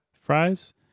fries